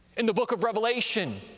in the book of revelation,